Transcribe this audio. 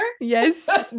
yes